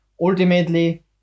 Ultimately